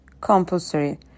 Compulsory